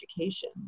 education